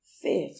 fifth